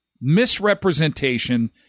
misrepresentation